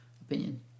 opinion